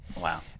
wow